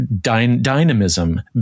dynamism